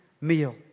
meal